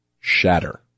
Shatter